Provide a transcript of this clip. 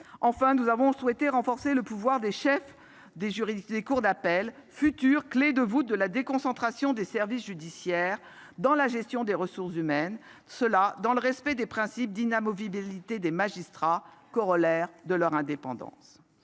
Enfin, nous avons souhaité renforcer le pouvoir des chefs de cour d'appel, futures clés de voûte de la déconcentration des services judiciaires dans la gestion des ressources humaines, et ce dans le respect du principe d'inamovibilité des magistrats, corollaire de leur indépendance.